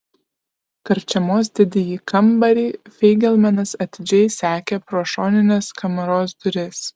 karčiamos didįjį kambarį feigelmanas atidžiai sekė pro šonines kamaros duris